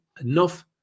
enough